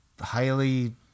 highly